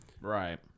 right